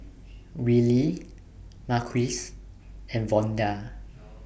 Wylie Marquez and Vonda